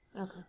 Okay